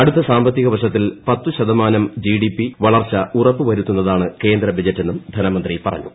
അടുത്ത സാമ്പത്തിക വർഷത്തിൽ പത്ത് ശതമാനം ജി ഡി പി വളർച്ച ഉറപ്പു വരുത്തുന്നതാണ് കേന്ദ്രബജറ്റെന്നും ധനമന്ത്രി പറഞ്ഞു